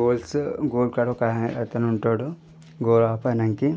goals goal కాడ ఒక హా ఒక అతను ఉంటాడు గోల్ ఆపనికి